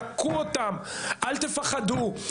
אל תפחדו.